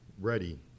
ready